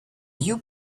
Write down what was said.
you